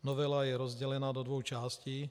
Novela je rozdělena do dvou částí.